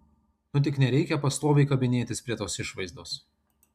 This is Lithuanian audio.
nu tik nereikia pastoviai kabinėtis prie tos išvaizdos